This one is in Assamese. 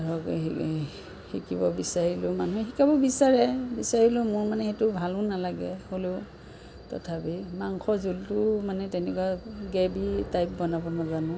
ধৰক হেৰি শিকিব বিচাৰিলেও মানুহে শিকাব বিচাৰে বিচাৰিলেও মোৰ মানে সেইটো ভালো নালাগে হ'লেও তথাপি মাংস জোলটো মানে তেনেকুৱা গ্ৰেভী টাইপ বনাব নাজানো